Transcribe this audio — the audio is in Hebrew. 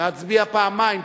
נצביע פעמיים,